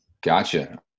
Gotcha